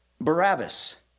Barabbas